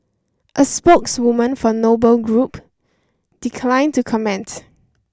a spokeswoman for Noble Group declined to comment